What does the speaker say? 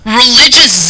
religious